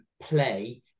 play